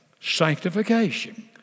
sanctification